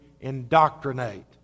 indoctrinate